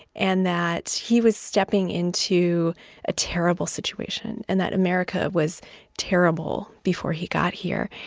and that he was stepping into a terrible situation. and that america was terrible before he got here.